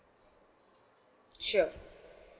sure